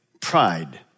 pride